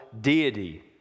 deity